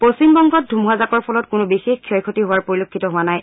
পশ্চিমবংগত ধুমুহাজাকৰ ফলত কোনো বিশেষ ক্ষয় ক্ষতি হোৱা পৰিলক্ষিত হোৱা নাই